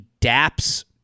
daps